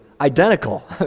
identical